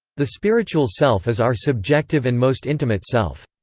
the spiritual self is our subjective and most intimate self.